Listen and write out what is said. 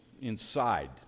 inside